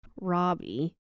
Robbie